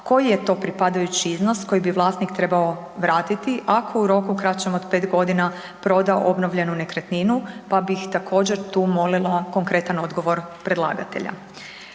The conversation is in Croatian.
koji je to pripadajući iznos koji bi vlasnik trebao vratiti ako u roku kraćem od pet godina proda obnovljenu nekretninu, pa bih također tu molila konkretan odgovor predlagatelja.